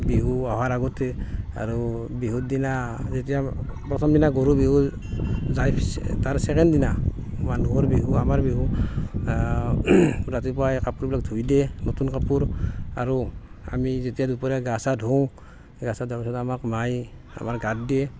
বিহু অহাৰ আগতে আৰু বিহুৰ দিনা যেতিয়া প্ৰথম দিনা গৰুৰ বিহু যাই তাৰ ছেকেণ্ড দিনা মানুহৰ বিহু আমাৰ বিহু ৰাতিপুৱাই কাপোৰবিলাক ধুই দিয়ে নতুন কাপোৰ আৰু আমি যেতিয়া দুপৰীয়া গা চা ধুওঁ গা চা ধোৱাৰ পাছত আমাক মায়ে আমাৰ গাত দিয়ে